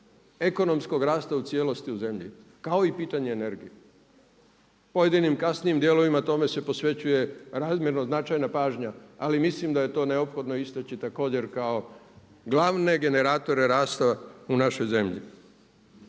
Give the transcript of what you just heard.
ekonomskog rasta u cijelosti u zemlji kao i pitanje energije. Pojedinim kasnijim dijelovima tome se posvećuje razmjerno značajna pažnja, ali mislim da je to neophodno istaknuti također kao glavne generatore rasta u našoj zemlji.